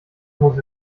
muss